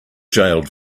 jailed